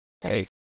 hey